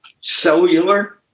cellular